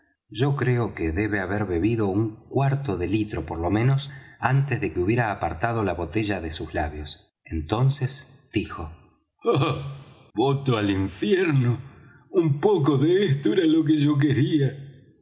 yo creo que debe haber bebido un cuarto de litro por lo menos antes de que hubiera apartado la botella de sus labios entonces dijo ah voto al infierno un poco de ésto era lo que yo quería